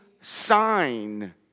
sign